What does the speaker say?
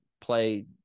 play